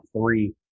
three